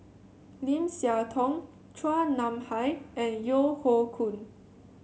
Lim Siah Tong Chua Nam Hai and Yeo Hoe Koon